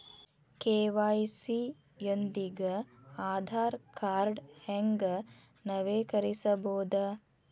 KYC ಯೊಂದಿಗ ಆಧಾರ್ ಕಾರ್ಡ್ನ ಹೆಂಗ ನವೇಕರಿಸಬೋದ